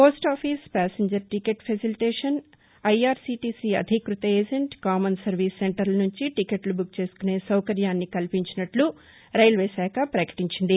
post office passenger ticket facilitation IRCTC అధీకృత agent common service సెంటర్ల నుంచి టీకెట్లు బుక్ చేసుకునే సౌకర్యాన్ని కల్పించినట్లు రైల్వే శాఖ ప్రకటించింది